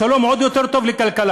השלום עוד יותר טוב לכלכלה.